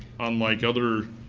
unlike other,